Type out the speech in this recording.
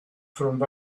from